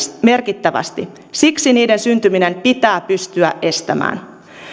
merkittävästi siksi niiden syntyminen pitää pystyä estämään